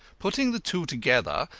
putting the two together,